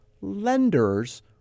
lenders